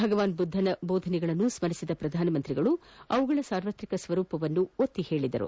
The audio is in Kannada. ಭಗವಾನ್ ಬುದ್ದನ ಬೋಧನೆಗಳನ್ನು ಸ್ಥರಿಸಿದ ಪ್ರಧಾನಿ ಅವುಗಳ ಸಾರ್ವತ್ರಿಕ ಸ್ವರೂಪವನ್ನು ಒತ್ತಿ ಹೇಳಿದರು